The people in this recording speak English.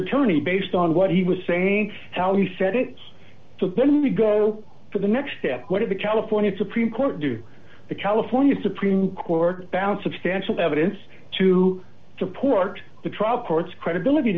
attorney based on what he was saying how you said it so then we go to the next step what is the california supreme court do the california supreme court found substantial evidence to support the trial court's credibility